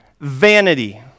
vanity